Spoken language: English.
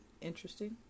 interesting